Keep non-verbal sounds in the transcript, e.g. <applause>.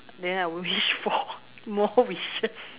then I will wish for <laughs> more wishes